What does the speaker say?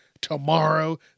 tomorrow